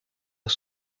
aux